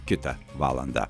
kitą valandą